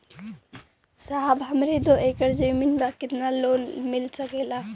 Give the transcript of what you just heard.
साहब हमरे दो एकड़ जमीन पर कितनालोन मिल सकेला?